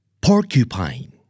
Porcupine